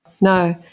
No